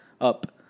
Up